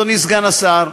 אדוני סגן השר,